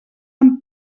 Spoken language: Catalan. amb